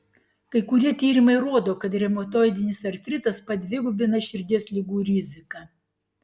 kai kurie tyrimai rodo kad reumatoidinis artritas padvigubina širdies ligų riziką